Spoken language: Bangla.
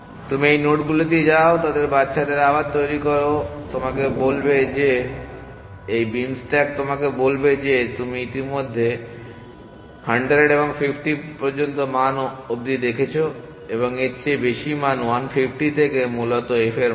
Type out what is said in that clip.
তুমি এই নোডগুলিতে যাও তাদের বাচ্চাদের আবার তৈরী করো তাই আবার এই বাচ্চাদের মধ্যে কোনটি তুমি এখন বিস্তারিত করতে চাও এই বিম স্ট্যাক তোমাকে বলবে যে তুমি ইতিমধ্যে 100 এবং 50 পর্যন্ত মান অব্দি দেখেছো এবং এর চেয়ে বেশি মান 1 50 থেকে মূলত f এর মান